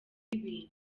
ibintu